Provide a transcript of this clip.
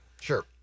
Sure